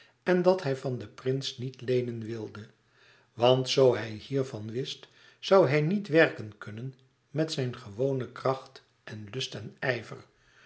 en dat hij van den prins niet leenen wilde want zoo hij hiervan wist zoû hij niet werken kunnen met zijn gewone kracht en lust en ijver